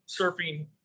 surfing